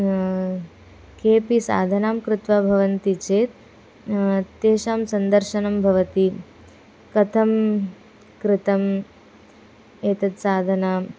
केपि साधनां कृत्वा भवन्ति चेत् तेषां सन्दर्शनं भवति कथं कृतम् एतत् साधनां